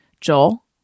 Joel